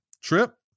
trip